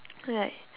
like